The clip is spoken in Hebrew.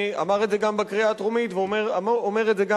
אמר את זה גם בקריאה הטרומית ואומר את זה גם